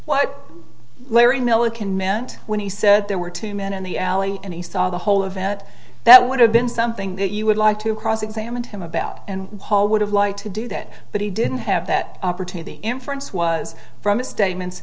meant when he said there were two men in the alley and he saw the whole event that would have been something that you would like to cross examine him about and paul would have liked to do that but he didn't have that opportunity inference was from his statement